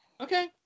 Okay